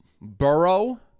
Burrow